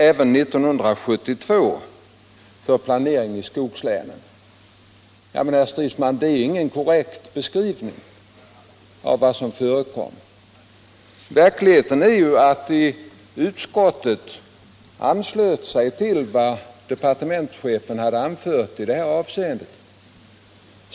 även år 1972 för planeringen i skogslänen —---.” Men, herr Stridsman, det är ingen korrekt beskrivning av vad som förekom. Sanningen är ju att utskottet anslöt sig till vad departementschefen hade anfört i detta avseende.